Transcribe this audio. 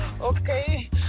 okay